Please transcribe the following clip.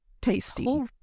Tasty